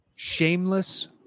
shameless